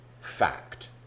fact